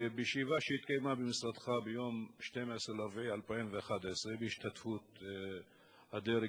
בישיבה שהתקיימה במשרדך ביום 12 באפריל 2011 בהשתתפות הדרג